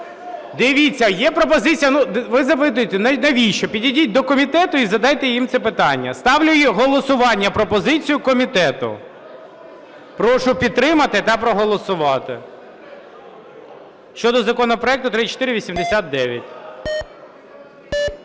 Дивіться, є пропозиція... Ну, ви запитуєте: навіщо? Підійдіть до комітету і задайте їм це питання. Ставлю на голосування пропозицію комітету. Прошу підтримати та проголосувати щодо законопроекту 3489.